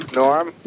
Norm